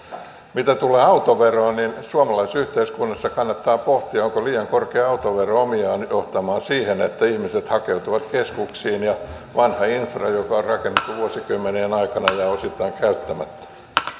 mitä tulee autoveroon niin suomalaisyhteiskunnassa kannattaa pohtia onko liian korkea autovero omiaan johtamaan siihen että ihmiset hakeutuvat keskuksiin ja vanha infra joka on rakennettu vuosikymmenien aikana jää osittain käyttämättä